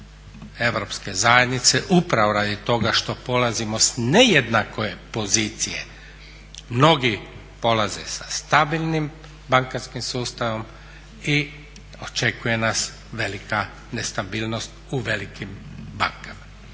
Europske zajednice upravo radi toga što polazimo s nejednake pozicije mnogi polaze sa stabilnim bankarskim sustavom i očekuje nas velika nestabilnost u velikim bankama.